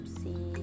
see